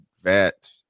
vet